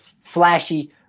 flashy